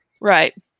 right